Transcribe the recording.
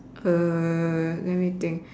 uh let me think